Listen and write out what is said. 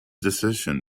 decision